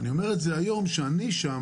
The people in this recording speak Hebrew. אני אומר את זה היום כשאני שם.